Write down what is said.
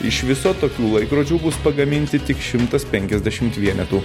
iš viso tokių laikrodžių bus pagaminti tik šimtas penkiasdešimt vienetų